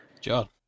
John